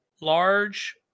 large